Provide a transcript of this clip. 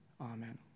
Amen